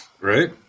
right